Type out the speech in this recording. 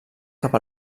cap